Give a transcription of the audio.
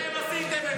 אתם עשיתם את זה.